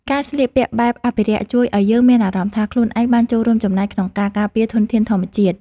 ការស្លៀកពាក់បែបអភិរក្សជួយឱ្យយើងមានអារម្មណ៍ថា ខ្លួនឯងបានចូលរួមចំណែកក្នុងការការពារធនធានធម្មជាតិ។